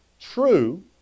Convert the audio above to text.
true